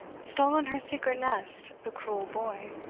stole on her secret nest the cruel boy,